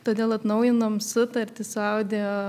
todėl atnaujinom sutartį su audio